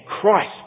Christ